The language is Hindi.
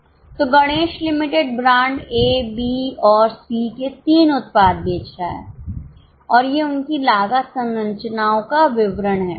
तो Ganesh limited brand A B और सी के तीन उत्पाद बेच रहा है और ये उनकी लागत संरचनाओं का विवरण हैं